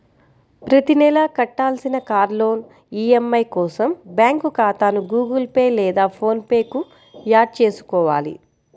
ప్రతి నెలా కట్టాల్సిన కార్ లోన్ ఈ.ఎం.ఐ కోసం బ్యాంకు ఖాతాను గుగుల్ పే లేదా ఫోన్ పే కు యాడ్ చేసుకోవాలి